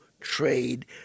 trade